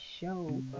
show